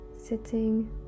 sitting